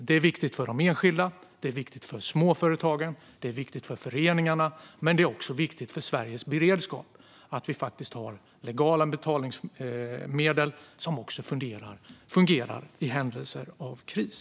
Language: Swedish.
Det är viktigt för de enskilda, det är viktigt för småföretagen och det är viktigt för föreningarna, men det är också viktigt för Sveriges beredskap att vi faktiskt har legala betalningsmedel som också fungerar i händelse av kris.